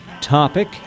topic